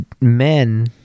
Men